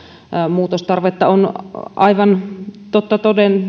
muutostarvetta on aivan toden totta